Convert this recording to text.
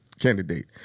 candidate